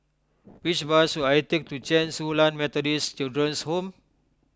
which bus should I take to Chen Su Lan Methodist Children's Home